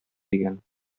дигән